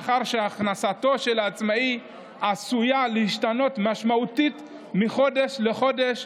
מאחר שהכנסתו של העצמאי עשויה להשתנות משמעותית מחודש לחודש,